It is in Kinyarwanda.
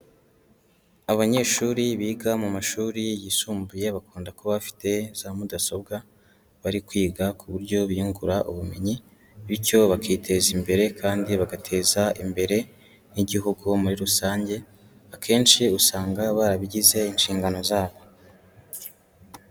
Abanyeshuri biga mu mashuri yisumbuye bakunda kuba bafite za mudasobwa, bari kwiga ku buryo biyungura ubumenyi bityo bakiteza imbere kandi bagateza imbere n'Igihugu muri rusange, akenshi usanga barabigize inshingano zabo.